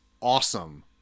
awesome